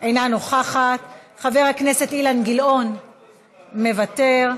אינה נוכחת, חבר הכנסת אילן גילאון, מוותר,